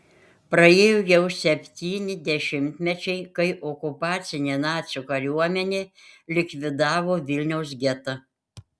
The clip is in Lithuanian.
praėjo jau septyni dešimtmečiai kai okupacinė nacių kariuomenė likvidavo vilniaus getą